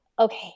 okay